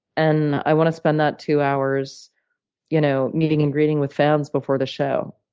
and i wanna spend that two hours you know meeting and greeting with fans before the show.